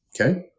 okay